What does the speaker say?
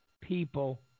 people